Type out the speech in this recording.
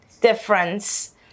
difference